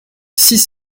six